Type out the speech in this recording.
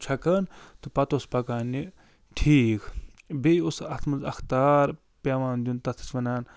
چھَکان تہٕ پتہٕ اوس پَکان یہِ ٹھیٖک بیٚیہِ اوس اَتھ منٛز اکھ تار پٮ۪وان دیُن تَتھ ٲسۍ وَنان